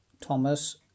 Thomas